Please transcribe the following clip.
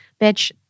bitch